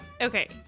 Okay